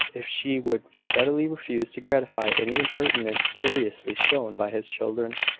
if she would steadily refuse to gratify any impertinent curiosity shown by his children,